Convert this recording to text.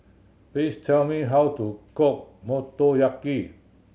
please tell me how to cook Motoyaki